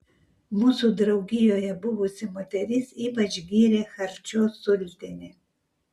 mūsų draugijoje buvusi moteris ypač gyrė charčio sultinį